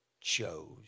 chose